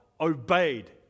obeyed